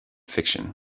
fiction